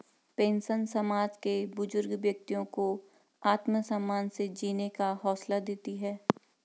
pension समाज के बुजुर्ग व्यक्तियों को आत्मसम्मान से जीने का हौसला देती है